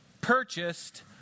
purchased